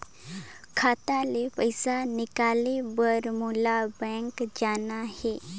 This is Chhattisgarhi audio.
खाता ले पइसा निकाले बर मोला बैंक जाना हे?